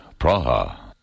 Praha